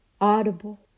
audible